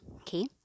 okay